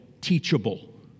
teachable